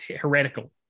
heretical